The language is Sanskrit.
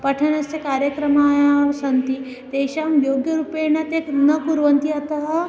पठनस्य कार्यक्रमाः सन्ति तेषां योग्यरूपेण ते न कुर्वन्ति अतः